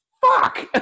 fuck